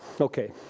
Okay